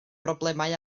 broblemau